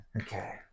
Okay